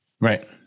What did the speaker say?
Right